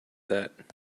that